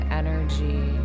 energy